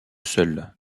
seul